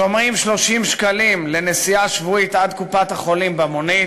שומרים 30 שקלים לנסיעה שבועית עד קופת-החולים במונית,